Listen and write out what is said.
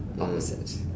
opposite